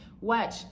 Watch